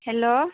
hello